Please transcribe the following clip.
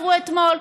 עבר אתמול,